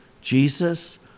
Jesus